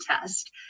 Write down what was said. test